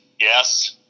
yes